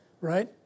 right